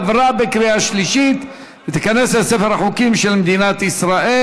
עברה בקריאה שלישית ותיכנס לספר החוקים של מדינת ישראל.